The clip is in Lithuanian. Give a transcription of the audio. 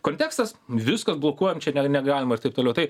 kontekstas viskas blokuojam čia ne ne negalima ir taip toliau tai